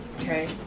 Okay